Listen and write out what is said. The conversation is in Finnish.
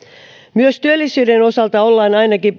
myös työllisyyden osalta ollaan päästy ainakin